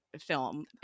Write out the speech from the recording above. film